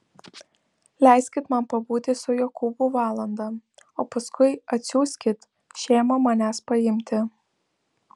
leiskit man pabūti su jokūbu valandą o paskui atsiųskit šėmą manęs paimti